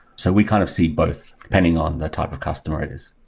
so we kind of see both, depending on the type of customer it is.